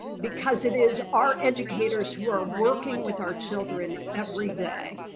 because it is our educators who are working with our children every day.